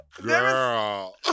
girl